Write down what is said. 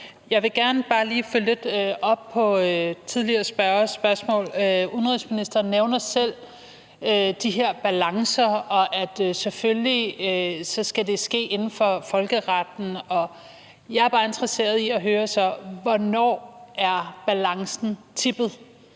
Jeg vil gerne bare lige følge lidt op på tidligere spørgers spørgsmål. Udenrigsministeren nævner selv de her balancer, og at det selvfølgelig skal ske inden for folkeretten. Så jeg er bare interesseret i at høre: Hvornår er balancen tippet?